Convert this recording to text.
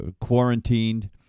quarantined